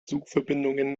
zugverbindungen